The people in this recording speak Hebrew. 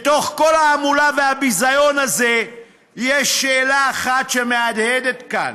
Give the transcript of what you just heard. בתוך כל ההמולה והביזיון הזה יש שאלה אחת שמהדהדת כאן: